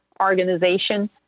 organization